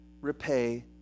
repay